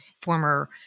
former